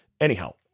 Anyhow